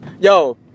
Yo